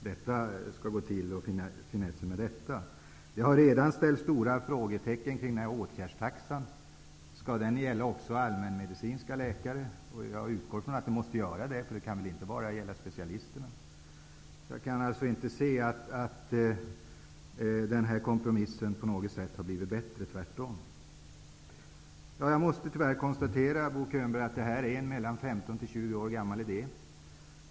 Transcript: Det har redan uppstått stora frågetecken kring åtgärdstaxan. Skall den gälla också allmänmedicinska läkare? Jag utgår från att den måste göra det. Den kan väl inte bara gälla specialisterna. -- Jag kan alltså inte se att kompromissen har gjort förslaget bättre -- tvärtom! Jag måste tyvärr konstatera, Bo Könberg, att det här är en 15--20 år gammal idé.